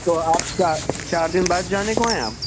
تو آپ چا چار دن بعد جانے کو ہیں آپ